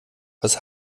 was